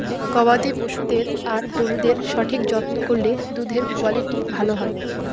গবাদি পশুদের আর গরুদের সঠিক যত্ন করলে দুধের কুয়ালিটি ভালো হয়